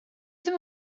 ddim